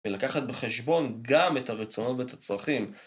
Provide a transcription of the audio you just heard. ולקחת בחשבון גם את הרצונות ואת הצרכים.